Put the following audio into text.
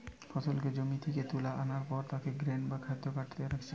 ফসলকে জমি থিকে তুলা আনার পর তাকে গ্রেন বা খাদ্য কার্টে রাখছে